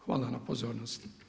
Hvala na pozornosti.